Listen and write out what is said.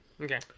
Okay